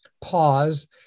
pause